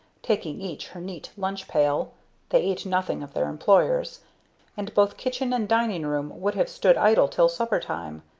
taking each her neat lunch-pail they ate nothing of their employers and both kitchen and dining room would have stood idle till supper time.